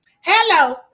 hello